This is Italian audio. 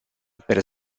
per